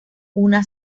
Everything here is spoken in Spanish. una